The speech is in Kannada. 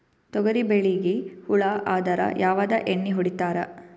ತೊಗರಿಬೇಳಿಗಿ ಹುಳ ಆದರ ಯಾವದ ಎಣ್ಣಿ ಹೊಡಿತ್ತಾರ?